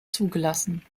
zugelassen